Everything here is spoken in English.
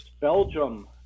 Belgium